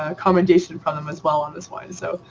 ah commendation from them as well on this wine so.